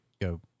go